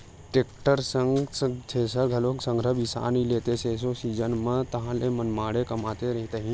tractor के संग thresher घलोक संघरा बिसा नइ लेतेस एसो सीजन म ताहले मनमाड़े कमातेस तही ह